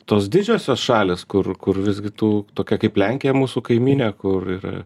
tos didžiosios šalys kur kur visgi tu tokia kaip lenkija mūsų kaimynė kur ir